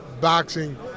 boxing